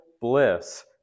bliss